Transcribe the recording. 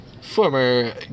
Former